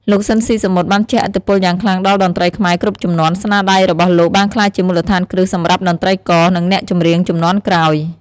លោក ស៊ីន ស៊ីសាមុត បានជះឥទ្ធិពលយ៉ាងខ្លាំងដល់តន្ត្រីខ្មែរគ្រប់ជំនាន់ ស្នាដៃរបស់លោកបានក្លាយជាមូលដ្ឋានគ្រឹះសម្រាប់តន្ត្រីករ និងអ្នកចម្រៀងជំនាន់ក្រោយ។